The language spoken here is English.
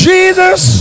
Jesus